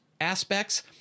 aspects